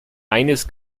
eines